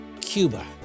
Cuba